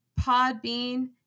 Podbean